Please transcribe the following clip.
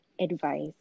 advice